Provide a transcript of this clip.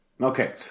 Okay